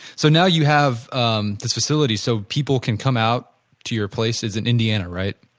so, now you have um the facility so people can come out to your places in indiana, right?